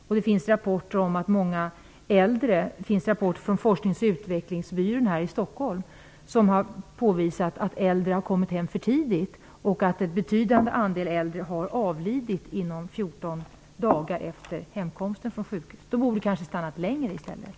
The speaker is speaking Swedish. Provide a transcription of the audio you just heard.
Dessutom finns det rapporter, t.ex. från Forsknings och utvecklingsbyrån i Stockholm, om att äldre har kommit hem för tidigt. Dessutom har ett betydande antal äldre avlidit inom loppet av 14 dagar efter hemkomsten från sjukhus. De borde kanske ha stannat längre på sjukhuset.